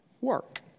work